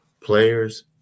players